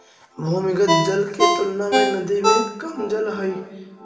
भूमिगत जल के तुलना में नदी में कम जल हई